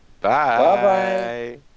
Bye